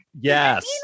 Yes